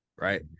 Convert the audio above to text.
right